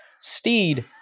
Steed